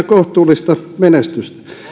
kohtuullista menestystä